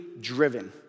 driven